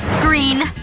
green.